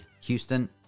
Houston